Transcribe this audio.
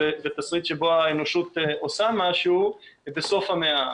ותשריט שבו האנושות עושה משהו בסוף המאה.